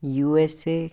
USA